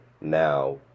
now